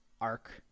arc